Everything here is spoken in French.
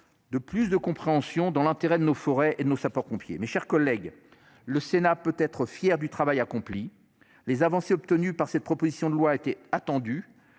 De plus, de compréhension dans l'intérêt de nos forêts et nos sapeurs-pompiers, mes chers collègues, le Sénat peut être fier du travail accompli. Les avancées obtenues par cette proposition de loi était attendu,